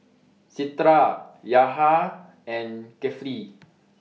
Citra Yahya and Kefli